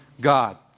God